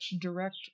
direct